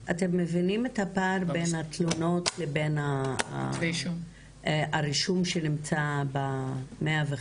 אתם מבינים את הפער בין התלונות לבין הרישום שנמצא ב-105?